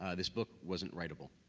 ah this book wasn't writeable.